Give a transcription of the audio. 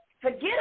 Forget